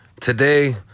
Today